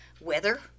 weather